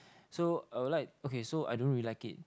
so I will like okay so I don't really like it